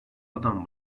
adam